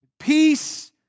peace